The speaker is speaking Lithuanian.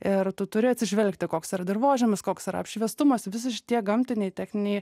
ir tu turi atsižvelgti koks yra dirvožemis koks yra apšviestumas visi tie gamtiniai techniniai